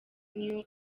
new